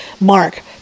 mark